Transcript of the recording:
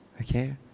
Okay